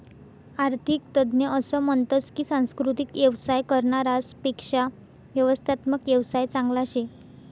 आरर्थिक तज्ञ असं म्हनतस की सांस्कृतिक येवसाय करनारास पेक्शा व्यवस्थात्मक येवसाय चांगला शे